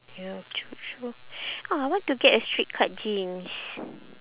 ya true true ah I want to get a straight cut jeans